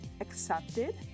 accepted